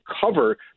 cover